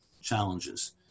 challenges